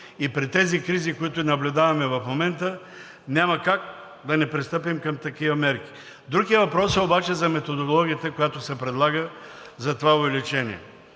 и при тези кризи, които наблюдаваме в момента, няма как да не пристъпим към такива мерки. Друг е въпросът обаче за методологията, която се предлага за това увеличение.